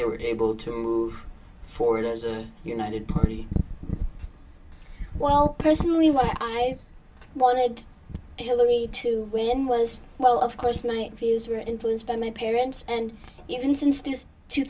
they were able to move forward as a united party while personally what i wanted hillary to win was well of course my views were influenced by my parents and even since t